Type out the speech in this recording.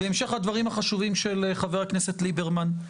בהמשך לדברים החשובים של חבר הכנסת ליברמן.